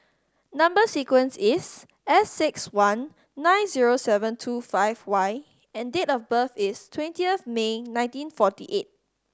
number sequence is S six one nine zero seven two five Y and date of birth is twentieth May nineteen forty eight